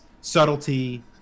subtlety